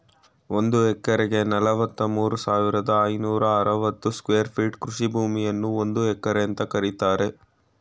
ಒಂದ್ ಎಕರೆಗೆ ನಲವತ್ಮೂರು ಸಾವಿರದ ಐನೂರ ಅರವತ್ತು ಸ್ಕ್ವೇರ್ ಫೀಟ್ ಕೃಷಿ ಭೂಮಿಯನ್ನು ಒಂದು ಎಕರೆ ಅಂತ ಕರೀತಾರೆ